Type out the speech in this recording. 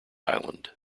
island